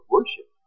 Worship